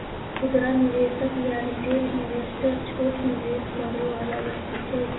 खुदरा निवेशक या रिटेल इन्वेस्टर छोट निवेश करइ वाला व्यक्ति छै